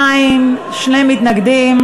בעד, 72, שני מתנגדים.